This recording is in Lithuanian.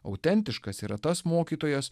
autentiškas yra tas mokytojas